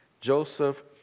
Joseph